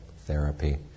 therapy